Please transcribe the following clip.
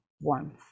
warmth